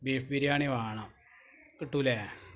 beef biryani വേണം കിട്ടില്ലേ